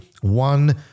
one